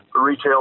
retail